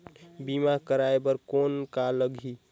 बीमा कराय बर कौन का लगही?